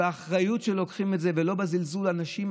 שבאחריות לוקחים את זה ולא בזלזול באנשים.